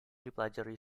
dipelajari